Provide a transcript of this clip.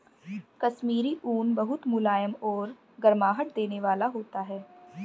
कश्मीरी ऊन बहुत मुलायम और गर्माहट देने वाला होता है